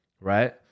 right